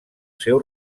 seu